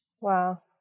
Wow